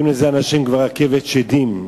אנשים כבר קוראים לזה "רכבת שדים",